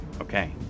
Okay